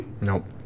Nope